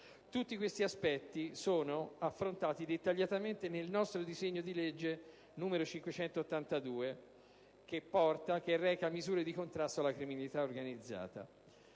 Tutti questi aspetti sono affrontati dettagliatamente nel nostro disegno di legge n. 582, che reca misure di contrasto alla criminalità organizzata.